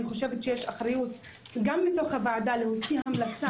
יש אחריות גם מתוך הוועדה להוציא המלצה